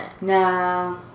No